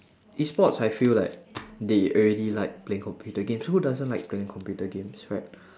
E sports I feel like they already like playing computer games who doesn't like playing computer games right